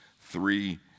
three